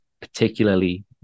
particularly